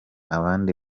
abandi